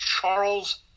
Charles